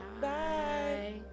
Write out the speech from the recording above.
Bye